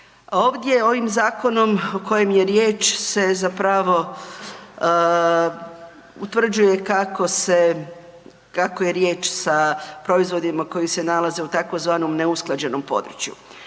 Ovdje ovim zakonom o kojem je riječ se zapravo utvrđuje kako se, kako je riječ sa proizvodima koji se nalaze u tzv. neusklađenom području.